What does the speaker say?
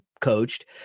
coached